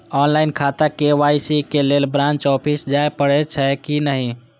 Online खाता में KYC के लेल ब्रांच ऑफिस जाय परेछै कि नहिं?